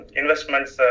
investments